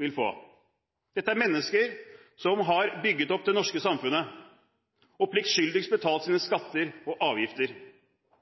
vil få. Dette er mennesker som har bygget opp det norske samfunnet og pliktskyldigst betalt sine skatter og avgifter.